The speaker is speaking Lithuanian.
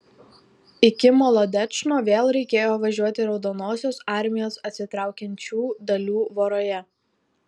iki molodečno vėl reikėjo važiuoti raudonosios armijos atsitraukiančių dalių voroje